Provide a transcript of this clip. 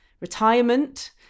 retirement